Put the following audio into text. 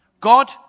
God